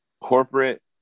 corporate